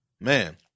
man